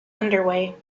underway